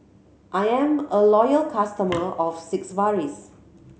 I am a loyal customer of